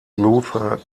luther